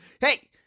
hey